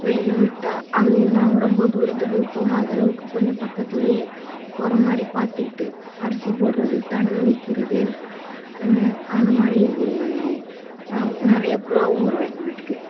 வெளியில் விட்டால் அது நாங்கள் ரொம்ப தூரத்துக்கு போகாத அளவுக்கு கொஞ்சம் பக்கத்திலேயே போகிற மாதிரி பார்த்துக்கிட்டு அரிசி போடுறது தண்ணி வைக்கிறது அந்த மாதிரி நிறைய புறாவும் வரும் எங்கள் வீட்டுக்கு